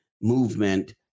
movement